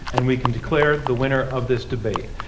and we can declare the winner of this debate.